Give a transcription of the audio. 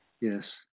Yes